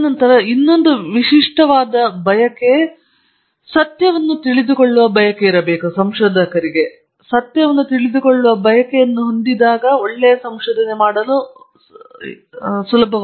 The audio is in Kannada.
ತದನಂತರ ಮತ್ತೊಂದು ವಿಶಿಷ್ಟವಾದ ಬಯಕೆಯು ಸತ್ಯವನ್ನು ತಿಳಿದುಕೊಳ್ಳುವ ಬಯಕೆಯಾಗಿದೆ ಸತ್ಯವನ್ನು ತಿಳಿದುಕೊಳ್ಳುವ ಬಯಕೆಯನ್ನು ನೀವು ಹೊಂದಿರಬೇಕು